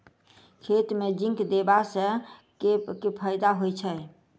खेत मे जिंक देबा सँ केँ फायदा होइ छैय?